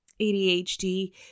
ADHD